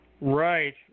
Right